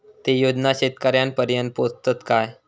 ते योजना शेतकऱ्यानपर्यंत पोचतत काय?